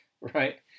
right